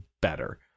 better